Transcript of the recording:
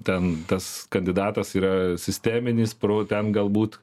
ten tas kandidatas yra sisteminis pro ten galbūt